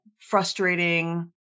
frustrating